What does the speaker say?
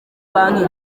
banki